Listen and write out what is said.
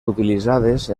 utilitzades